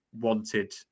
wanted